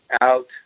out